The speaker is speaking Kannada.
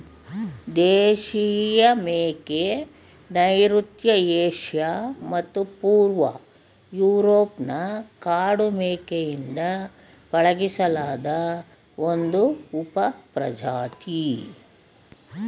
ದೇಶೀಯ ಮೇಕೆ ನೈಋತ್ಯ ಏಷ್ಯಾ ಮತ್ತು ಪೂರ್ವ ಯೂರೋಪ್ನ ಕಾಡು ಮೇಕೆಯಿಂದ ಪಳಗಿಸಿಲಾದ ಒಂದು ಉಪಪ್ರಜಾತಿ